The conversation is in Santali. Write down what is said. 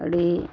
ᱟᱹᱰᱤ